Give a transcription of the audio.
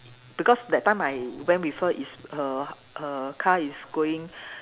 because that time I went with her is her her car is going